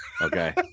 Okay